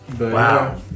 wow